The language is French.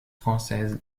française